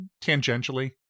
Tangentially